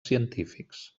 científics